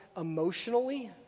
emotionally